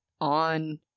on